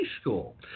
school